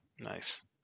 Nice